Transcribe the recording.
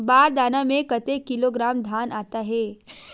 बार दाना में कतेक किलोग्राम धान आता हे?